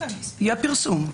יהיה פרסום,